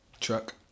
Truck